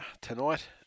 Tonight